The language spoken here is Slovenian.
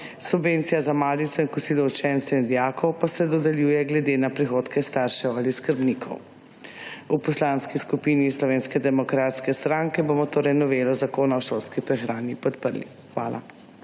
subvencija za malico in kosilo učencev in dijakov pa se dodeljuje glede na prihodke staršev ali skrbnikov. V poslanski skupini Slovenske demokratske stranke bomo torej novelo zakona o šolski prehrani podprli. Hvala.